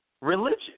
religion